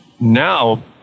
Now